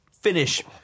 finish